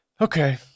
Okay